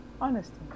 Honesty